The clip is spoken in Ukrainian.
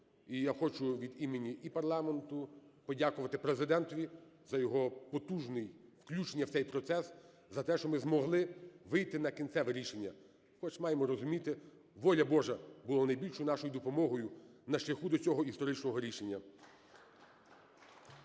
І я хочу від імені і парламенту подякувати Президентові за його потужне включення в цей процес, за те, що ми змогли вийти на кінцеве рішення. Хоч маємо розуміти, Воля Божа була найбільшою нашою допомогою на шляху до цього історичного рішення.